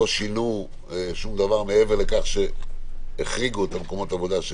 שינו שום דבר מעבר לזה שהחריגו מקומות עבודה,